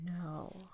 No